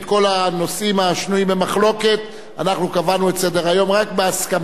אנחנו קבענו את סדר-היום רק בהסכמה של הממשלה ושל המציע.